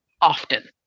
often